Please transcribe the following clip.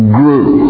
grew